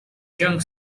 jung